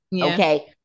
Okay